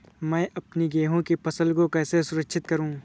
मैं अपनी गेहूँ की फसल को कैसे सुरक्षित करूँ?